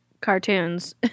cartoons